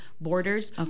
borders